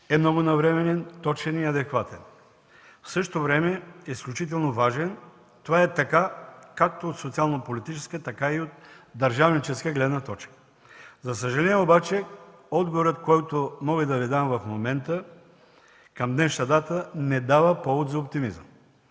е много навременен, точен и адекватен. В същото време е изключително важен. Това е така както от социално политическа, така и от държавническа гледна точка. За съжаление обаче отговорът, който мога да Ви дам в момента към днешна дата, не дава повод за оптимизъм.